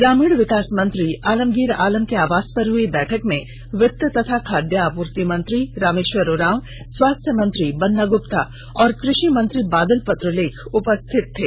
ग्रामीण विकास मंत्री आलमगीर आलम के आवास पर हई बैठक में वित्त तथा खाद्य आपूर्ति मंत्री रामेष्वर उरांव स्वास्थ्य मंत्री बन्ना गुप्ता और कृषि मंत्री बादल पत्रलेख उपस्थित थे